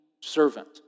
servant